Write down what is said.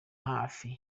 hafi